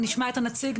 נשמע את הנציג,